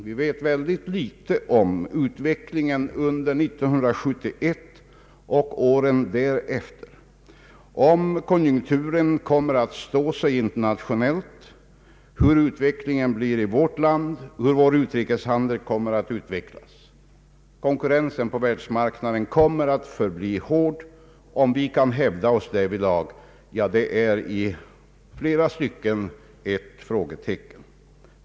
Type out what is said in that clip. Vi vet ytterst litet om utvecklingen under 1971 och åren därefter: om konjunkturen kommer att stå sig internationellt, hur utvecklingen blir i vårt land, hur vår utrikeshandel kommer att utvecklas. Konkurrensen på världsmarknaden kommer att förbli hård. Kommer vi att kunna hävda oss därvidlag? I flera stycken finns det anledning att sätta frågetecken.